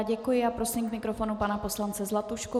Děkuji a prosím k mikrofonu pana poslance Zlatušku.